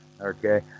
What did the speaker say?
Okay